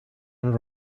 and